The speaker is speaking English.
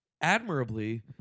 admirably